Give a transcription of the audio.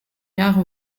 jahre